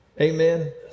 Amen